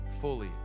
fully